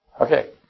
Okay